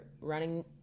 running